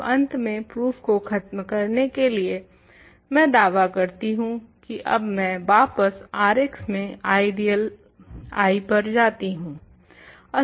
अब अंत में प्रूफ को खत्म करने के लिए मैं दावा करती हूँ की अब मैं वापस rx में आइडियल I पर जाती हूँ